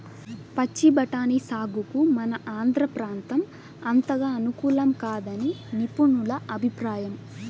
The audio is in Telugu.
పచ్చి బఠానీ సాగుకు మన ఆంధ్ర ప్రాంతం అంతగా అనుకూలం కాదని నిపుణుల అభిప్రాయం